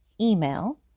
email